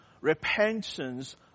repentance